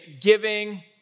giving